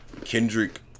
Kendrick